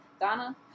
Donna